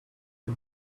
you